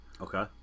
Okay